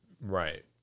right